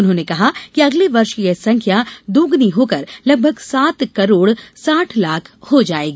उन्होंने कहा कि अगले वर्ष में यह संख्या दोगुनी होकर लगभग सात करोड़ साठ लाख हो जायेगी